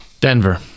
Denver